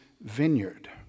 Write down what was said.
vineyard